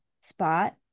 spot